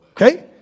okay